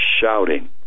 shouting